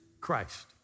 Christ